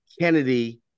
Kennedy